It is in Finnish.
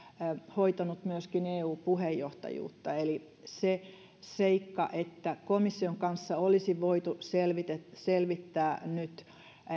hoitanut myöskin eu puheenjohtajuutta eli se seikka että komission kanssa olisi voitu selvittää nyt